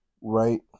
Right